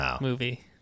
movie